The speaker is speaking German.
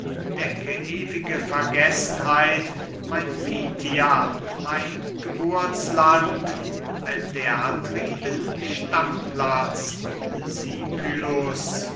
decke ewige vergessenheit mein phthia mein geburtsland wenn der atriden stammplatz